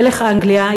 מלך אנגליה,